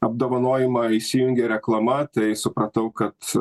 apdovanojimą įsijungė reklama tai supratau kad